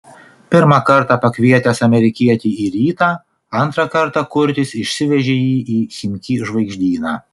pirmą kartą pakvietęs amerikietį į rytą antrą kartą kurtis išsivežė jį į chimki žvaigždyną